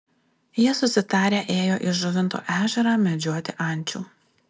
jie susitarę ėjo į žuvinto ežerą medžioti ančių